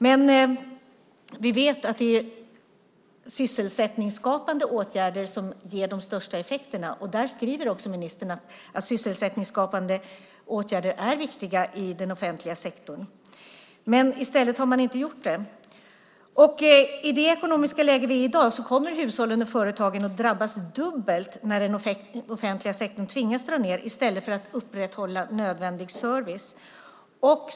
Men vi vet att det är sysselsättningsskapande åtgärder som ger de största effekterna. Ministern skriver också att sysselsättningsskapande åtgärder är viktiga i den offentliga sektorn. Men man har inte gjort det. I det ekonomiska läge vi har i dag kommer hushållen och företagen att drabbas dubbelt när den offentliga sektorn tvingas dra ned i stället för att upprätthålla nödvändig service.